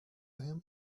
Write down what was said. him